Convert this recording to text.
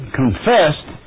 confessed